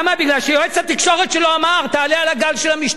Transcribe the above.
בגלל שיועץ התקשורת שלו אמר: תעלה על הגל של המשתמטים?